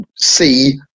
see